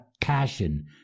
passion